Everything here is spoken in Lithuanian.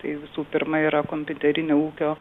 tai visų pirma yra kompiuterinė ūkio